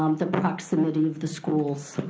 um the proximity of the schools,